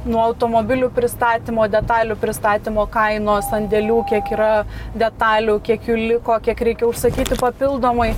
nuo automobilių pristatymo detalių pristatymo kainos sandėlių kiek yra detalių kiek jų liko kiek reikia užsakyti papildomai